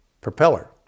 propeller